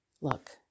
Look